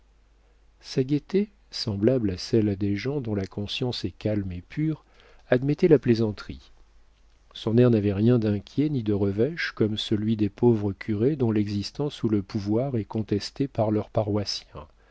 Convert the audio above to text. sa gaieté semblable à celle des gens dont la conscience est calme et pure admettait la plaisanterie son air n'avait rien d'inquiet ni de revêche comme celui des pauvres curés dont l'existence ou le pouvoir est contesté par leurs paroissiens